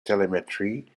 telemetry